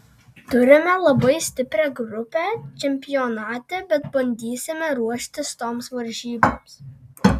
turime labai stiprią grupę čempionate bet bandysime ruoštis toms varžyboms